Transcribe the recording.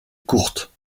courtes